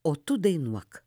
o tu dainuok